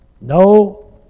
No